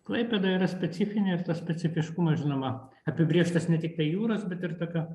klaipėda yra specifinė ir tas specifiškumas žinoma apibrėžtas ne tiktai jūros bet ir tokio